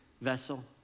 vessel